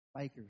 Bikers